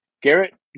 Garrett